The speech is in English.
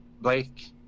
Blake